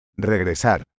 Regresar